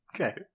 Okay